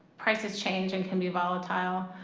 prices change and can be volatile,